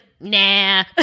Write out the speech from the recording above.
nah